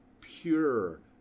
pure